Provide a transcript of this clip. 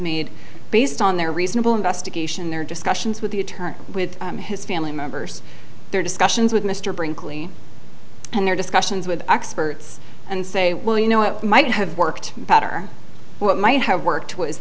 made based on their reasonable investigation their discussions with the attorney with his family members their discussions with mr brinkley and their discussions with experts and say well you know what might have worked better what might have worked w